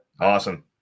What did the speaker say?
Awesome